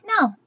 no